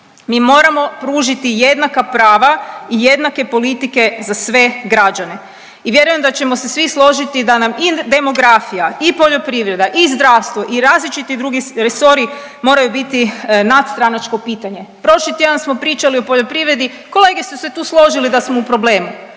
Mi moramo pružiti jednaka prava i jednake politike za sve građane. I vjerujem da ćemo se vi složiti da nam i demografija i poljoprivreda i zdravstvo i različiti drugi resori moraju biti nadstranačko pitanje. Prošli tjedan smo pričali o poljoprivredi, kolege su se tu složili da smo u problemu